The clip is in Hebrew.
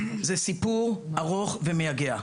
זה סיפור ארוך ומייגע,